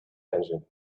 engine